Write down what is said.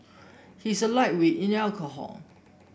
he is a lightweight in alcohol